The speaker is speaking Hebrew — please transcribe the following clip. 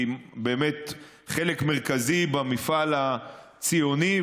היא חלק מרכזי במפעל הציוני,